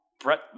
Brett